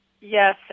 yes